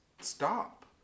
stop